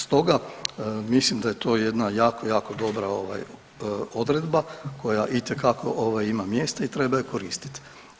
Stoga mislim da je to jedna jako, jako dobra odredba koja itekako ima mjesta i treba je koristiti.